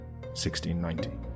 1690